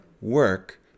work